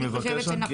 אני מבקש רק,